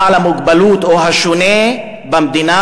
בעל המוגבלות או השונה במדינה